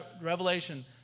Revelation